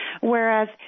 Whereas